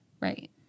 Right